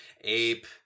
Ape